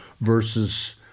versus